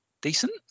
decent